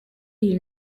iyi